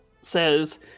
says